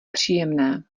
příjemné